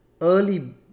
Early